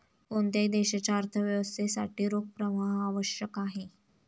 कोणत्याही देशाच्या अर्थव्यवस्थेसाठी रोख प्रवाह आवश्यक आहे